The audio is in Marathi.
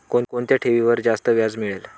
कोणत्या ठेवीवर जास्त व्याज मिळेल?